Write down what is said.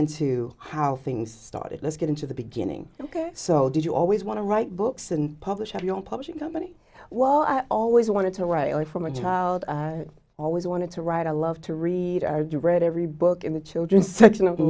into how things started let's get into the beginning ok so did you always want to write books and publish on your own publishing company well i always wanted to write from a child i always wanted to write i love to read our direct every book in the children's section of the